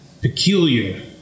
peculiar